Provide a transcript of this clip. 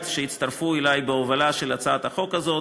שהצטרפו אלי בהובלה של הצעת החוק הזאת,